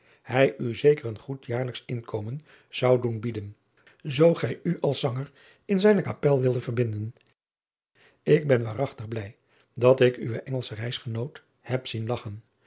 hij u zeker een goed jaarlijksch inkomen zou doen bieden zoo gij u als zanger in zijne kapel wilde verbinden k ben waarachtig blij dat ik uwen ngelschen reisgenoot heb zien lagchen